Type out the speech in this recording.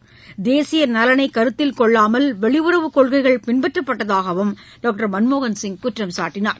கேசிய கருத்தில் வெளியுறவுக் கொள்கைகள் நலனை பின்பற்றப்பட்டதாகவும் டாக்டர் மன்மோகன் சிங் குற்றம் சாட்டினார்